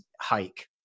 hike